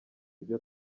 ibyo